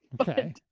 Okay